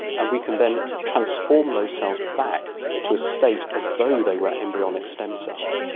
and we can then transform those cells back to a state as though they were embryonic stem cells,